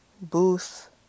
booth